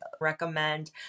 recommend